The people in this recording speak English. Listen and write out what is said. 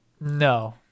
no